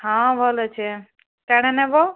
ହଁ ଭଲ୍ ଅଛେ କାଣ ନେବ